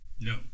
No